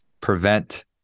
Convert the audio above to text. prevent